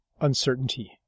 uncertainty